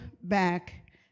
back